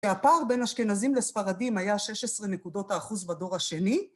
והפער בין אשכנזים לספרדים היה 16 נקודות האחוז בדור השני.